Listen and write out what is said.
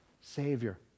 Savior